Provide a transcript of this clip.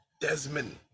desmond